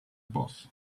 boss